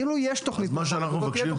אילו יש תכנית --- אז מה שאנחנו מבקשים,